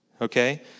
okay